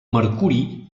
mercuri